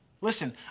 Listen